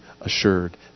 assured